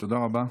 תודה רבה.